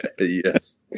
yes